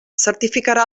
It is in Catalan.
certificarà